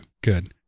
Good